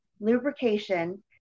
lubrication